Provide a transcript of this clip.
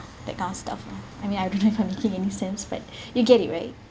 that kind of stuff lah I mean I don't know if I'm making any sense but you get it right